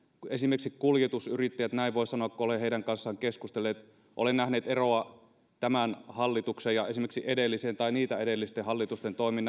esimerkiksi kuljetusyrittäjät näin voin sanoa kun olen heidän kanssaan keskustellut ole nähneet eroa tämän hallituksen ja esimerkiksi edellisen tai niitä edellisten hallitusten toimiin